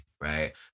right